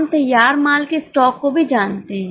हम तैयार माल के स्टॉक को भी जानते हैं